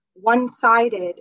one-sided